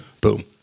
Boom